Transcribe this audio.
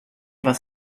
was